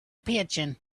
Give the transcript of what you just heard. pitching